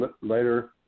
later